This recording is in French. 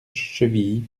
chevilly